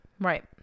Right